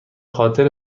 خاطر